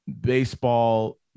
baseball